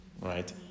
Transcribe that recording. right